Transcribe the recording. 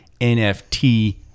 NFT